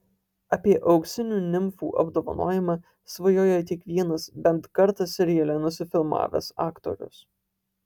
apie auksinių nimfų apdovanojimą svajoja kiekvienas bent kartą seriale nusifilmavęs aktorius